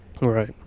Right